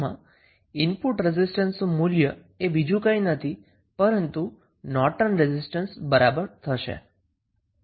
input રેસિસ્ટન્સનું મૂલ્ય એ બીજું કાંઈ નહીં પરંતુ નોર્ટન રેસિસ્ટન્સ હશે